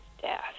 death